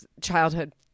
childhood